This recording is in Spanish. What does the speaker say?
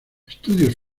estudios